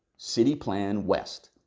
city plan vest.